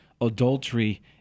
adultery